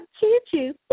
choo-choo